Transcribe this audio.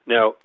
Now